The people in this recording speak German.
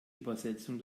übersetzung